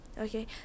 okay